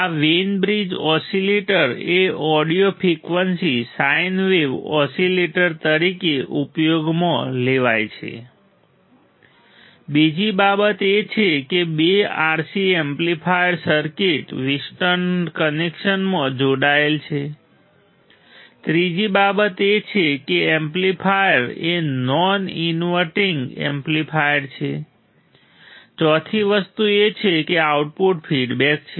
આ Wien bridge oscillator એ audio frequency sine wave oscillator તરીકે ઉપયોગમાં લેવાય છે બીજી બાબત એ છે કે બે RC એમ્પ્લીફાયર સર્કિટ વ્હીટસ્ટોન કનેક્શનમાં જોડાયેલ છે ત્રીજી બાબત એ છે કે એમ્પ્લીફાયર એ નોન ઈન્વર્ટીંગ એમ્પ્લીફાયર છે ચોથી વસ્તુ એ છે કે આઉટપુટ ફીડબેક છે